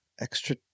Extra